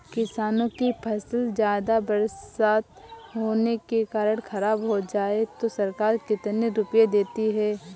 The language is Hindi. किसानों की फसल ज्यादा बरसात होने के कारण खराब हो जाए तो सरकार कितने रुपये देती है?